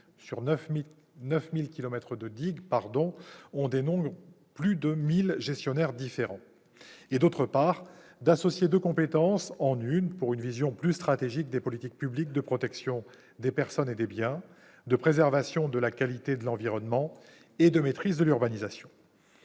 sur 9 000 kilomètres de digues, on dénombre plus de 1 000 gestionnaires différents -et, d'autre part, d'associer deux compétences en une pour une vision plus stratégique des politiques publiques de protection des personnes et des biens, de préservation de la qualité de l'environnement et de maîtrise de l'urbanisation.